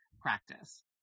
practice